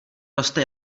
roste